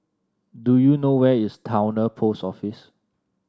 do you know where is Towner Post Office